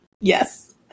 Yes